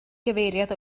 gyfeiriad